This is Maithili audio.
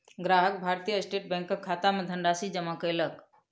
ग्राहक भारतीय स्टेट बैंकक खाता मे धनराशि जमा कयलक